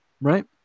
right